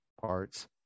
parts